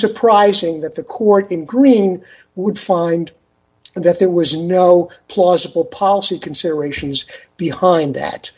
surprising that the court in green would find that there was no plausible policy considerations behind that